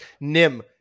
nim